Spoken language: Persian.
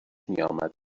میآمد